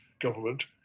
government